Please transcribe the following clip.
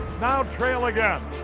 now trail again.